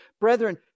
brethren